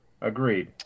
Agreed